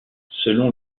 selon